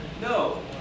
no